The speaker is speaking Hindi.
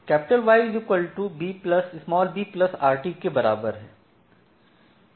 Y brt के बराबर है